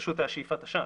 שאיפת עשן.